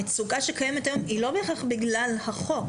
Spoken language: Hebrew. המצוקה שקיימת היום היא לא בהכרח בגלל החוק,